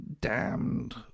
damned